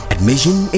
Admission